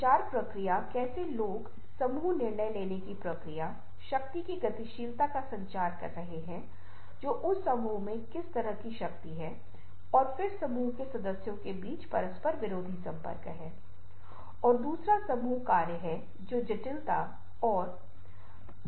अब ग्रंथ अपने अर्थ के माध्यम से उन अर्थों को भी संप्रेषित कर सकते हैं जो ग्रंथों के माध्यम से व्यक्त किए जाते हैं एक पाठ जो खुश है वह उड़ता हुआ पाठ है